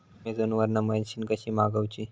Amazon वरन machine कशी मागवची?